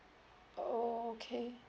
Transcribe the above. okay